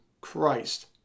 Christ